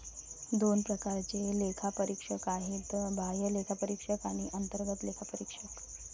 दोन प्रकारचे लेखापरीक्षक आहेत, बाह्य लेखापरीक्षक आणि अंतर्गत लेखापरीक्षक